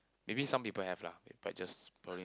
maybe some people have lah but just probably